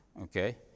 Okay